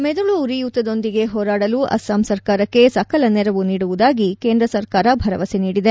ಮೆದುಳು ಉರಿಯೂತದೊಂದಿಗೆ ಹೋರಾಡಲು ಅಸ್ಸಾಂ ಸರ್ಕಾರಕ್ಕೆ ಸಕಲ ನೆರವು ನೀಡುವುದಾಗಿ ಕೇಂದ್ರ ಸರ್ಕಾರ ಭರವಸೆ ನೀಡಿದೆ